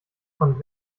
von